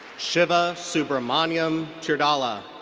shiva subramanyam teerdhala.